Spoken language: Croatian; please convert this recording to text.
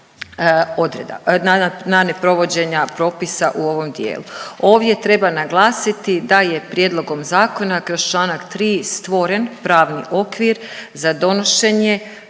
na neprovođenja propisa u ovom dijelu. Ovdje treba naglasiti da je prijedlogom zakona kroz čl. 3 stvoren pravni okvir za donošenje